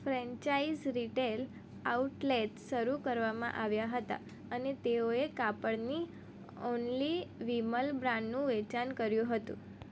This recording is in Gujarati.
ફ્રેન્ચાઇઝ રિટેલ આઉટલેટ્સ શરૂ કરવામાં આવ્યા હતા અને તેઓએ કાપડની ઓન્લી વિમલ બ્રાન્ડનું વેચાણ કર્યું હતું